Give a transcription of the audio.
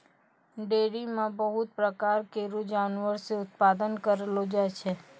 dairy म बहुत प्रकार केरो जानवर से उत्पादन करलो जाय छै